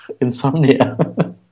insomnia